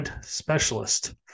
specialist